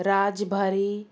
राजभारी